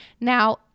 Now